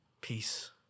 Peace